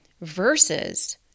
versus